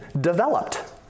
developed